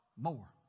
more